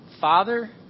Father